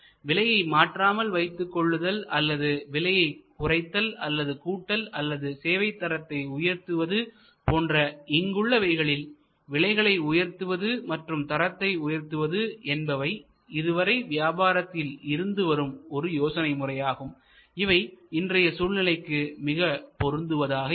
விலையை மாற்றாமல் வைத்துக் கொள்ளுதல் அல்லது விலையை குறைத்தல் அல்லது கூட்டல் அல்லது சேவை தரத்தை உயர்த்துவது போன்ற இங்குள்ளவைகளில் விலைகளை உயர்த்துவது மற்றும் தரத்தை உயர்த்துவது என்பவை இதுவரை வியாபாரத்தில் இருந்துவரும் ஒரு யோசனை முறையாகும் அவை இன்றைய சூழ்நிலைக்கு மிக பொருந்துவதாக இல்லை